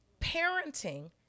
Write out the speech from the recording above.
parenting